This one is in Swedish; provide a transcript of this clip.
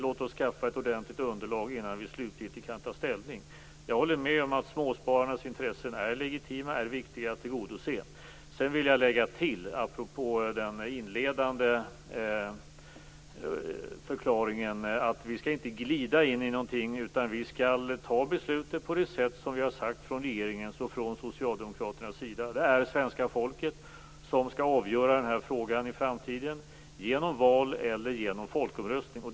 Låt oss skaffa ett ordentligt underlag innan vi slutgiltigt tar ställning. Jag håller med om att småspararnas intressen är legitima och viktiga att tillgodose. Apropå den inledande förklaringen vill jag lägga till att vi inte skall glida in i någonting. Vi skall fatta beslut på det sätt som vi har sagt från regeringens och från socialdemokraternas sida. Det är svenska folket som skall avgöra denna fråga i framtiden genom val eller genom folkomröstning.